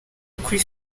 kuri